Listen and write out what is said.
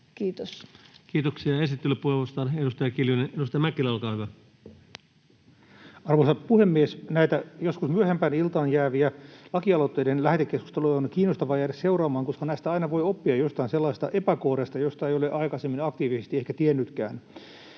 laiksi toimeentulotuesta annetun lain 7 b §:n muuttamisesta Time: 18:51 Content: Arvoisa puhemies! Näitä joskus myöhempään iltaan jääviä laki-aloitteiden lähetekeskusteluja on kiinnostavaa jäädä seuraamaan, koska näistä aina voi oppia jostain sellaisesta epäkohdasta, josta ei ole aikaisemmin aktiivisesti ehkä tiennytkään.